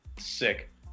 sick